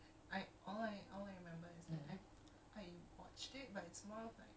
ya like everybody has like a weird love hate relationship with that series